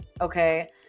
okay